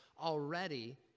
already